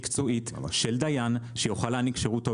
מקצועית של דיין שיוכל להעניק שירות טוב